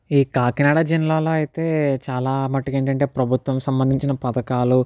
ఈ కాకినాడ జిల్లాలో అయితే చాలావరకు ఏంటంటే ప్రభుత్వంకి సంబంధించిన పథకాలు